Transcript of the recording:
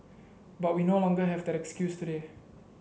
but we no longer have that excuse today